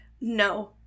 no